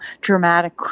dramatic